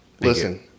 Listen